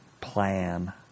plan